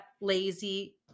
lazy